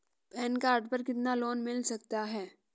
Pan card पर कितना loan मिल सकता है?